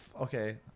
Okay